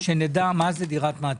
כדי שנדע מהי דירת מעטפת.